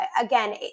again